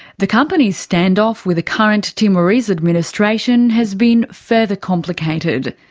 the company's standoff with the current timorese administration has been further complicated.